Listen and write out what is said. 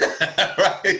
Right